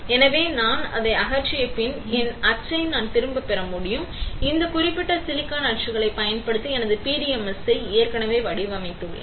எனவே நான் அதை அகற்றிய பிறகு என் அச்சை நான் திரும்பப் பெற முடியும் இந்த குறிப்பிட்ட சிலிக்கான் அச்சுகளைப் பயன்படுத்தி எனது PDMS ஐ ஏற்கனவே வடிவமைத்துள்ளேன்